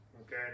Okay